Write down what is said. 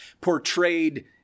portrayed